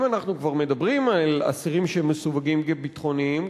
אם אנחנו כבר מדברים על אסירים שמסווגים כביטחוניים,